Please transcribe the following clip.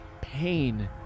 pain